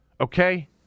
okay